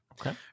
Okay